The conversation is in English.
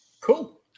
Cool